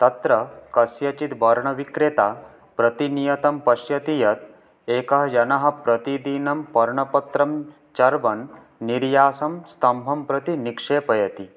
तत्र कस्यचित् वर्णविक्रेता प्रतिनियतं पश्यति यत् एकः जनः प्रतिदिनं पर्णपत्रं चर्वन् निर्यासं स्तम्भं प्रति निक्षेपयति